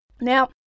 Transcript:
Now